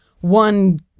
one